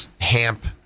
Hamp